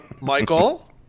Michael